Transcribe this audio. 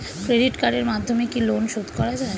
Credit কার্ডের মাধ্যমে কি লোন শোধ করা যায়?